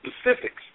specifics